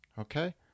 Okay